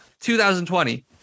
2020